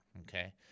Okay